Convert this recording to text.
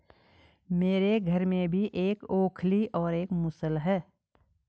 मेरे घर में भी एक ओखली और एक मूसल है